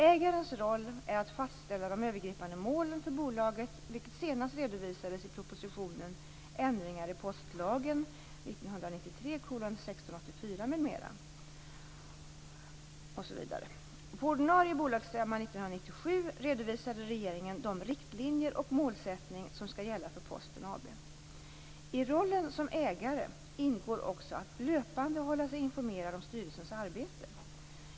Ägarens roll är att fastställa de övergripande målen för bolaget, vilket senast redovisades i propositionen På ordinarie bolagsstämma 1997 redovisade regeringen de riktlinjer och den målsättning som skall gälla för Posten AB. I rollen som ägare ingår också att löpande hålla sig informerad om styrelsens arbete.